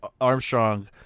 Armstrong